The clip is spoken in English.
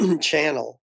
channel